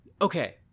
Okay